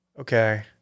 Okay